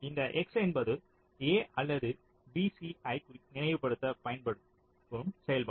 இந்த x என்பது a அல்லது b c ஐ நினைவுபடுத்த பயன்படும் செயல்பாடு